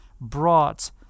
brought